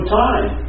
time